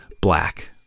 black